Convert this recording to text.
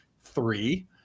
three